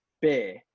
beer